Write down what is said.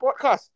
podcast